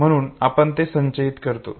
म्हणून आपण ते संचयित करतो